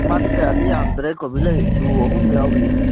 ꯃꯥꯗꯤ ꯀꯌꯥꯗꯤ ꯌꯥꯝꯗ꯭ꯔꯦ ꯀꯣꯕꯤꯂꯩ ꯀꯤꯂꯣ ꯑꯍꯨꯝ ꯌꯥꯎꯔꯤꯌꯦ